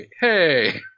Hey